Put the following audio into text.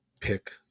pick